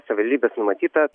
savivaldybės numatytą